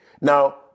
Now